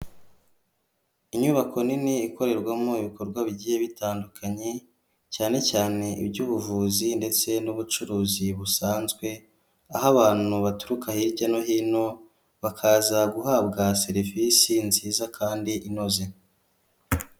Inyubako nini ikorerwamo ibikorwa bigiye bitandukanye, cyane cyane iby'ubuvuzi ndetse n'ubucuruzi busanzwe, aho abantu baturuka hirya no hino, bakaza guhabwa serivisi nziza kandi inoze.